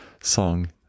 song